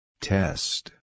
Test